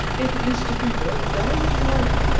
it is to be burned down to-night,